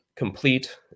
complete